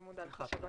אני מודה לך שבאת.